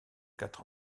quatre